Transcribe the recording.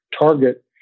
target